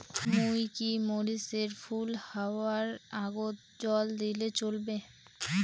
মুই কি মরিচ এর ফুল হাওয়ার আগত জল দিলে চলবে?